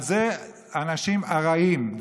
אלה האנשים הרעים.